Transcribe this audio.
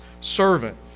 servant